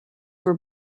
were